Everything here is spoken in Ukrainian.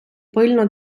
пильно